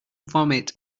vomit